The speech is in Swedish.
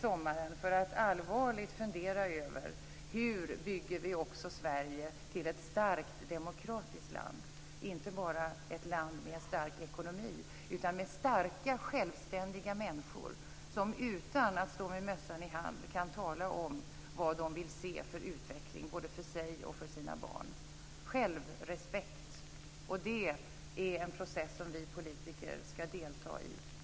sommaren för att allvarligt fundera över hur vi bygger Sverige till ett starkt demokratiskt land - inte bara ett land med en stark ekonomi, utan ett land med starka självständiga människor som utan att stå med mössan i hand kan tala om vad de vill se för utveckling både för sig och för sina barn och som kan känna självrespekt. Det är en process som vi politiker skall delta i.